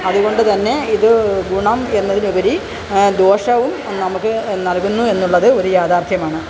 അതു കൊണ്ടു തന്നെ ഇത് ഗുണം എന്നതിനുപരി ദോഷവും നമുക്ക് നൽകുന്നു എന്നുള്ളത് ഒരു യാഥാർത്ഥ്യമാണ്